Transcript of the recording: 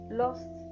lost